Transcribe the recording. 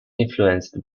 influenced